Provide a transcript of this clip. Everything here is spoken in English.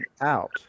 out